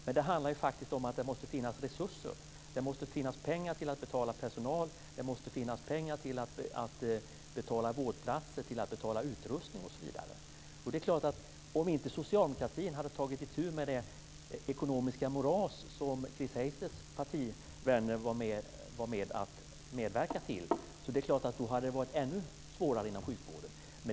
Men det handlar faktiskt också om att det måste finnas pengar till att betala personal, vårdplatser, utrustning osv. Om socialdemokratin inte hade tagit itu med det ekonomiska moras som Chris Heisters partivänner medverkade till, hade det självklart varit ännu svårare inom sjukvården.